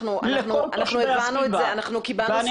הסביבה.